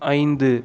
ஐந்து